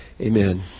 Amen